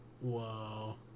Whoa